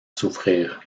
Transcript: souffrir